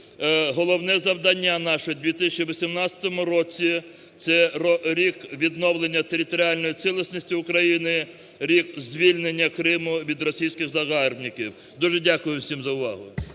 головне завдання наше в 2018 році – це рік відновлення територіальної цілісності України, рік звільнення Криму від російських загарбників. Дуже дякую всім за увагу.